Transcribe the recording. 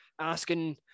asking